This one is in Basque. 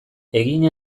egin